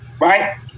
Right